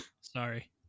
Sorry